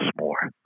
more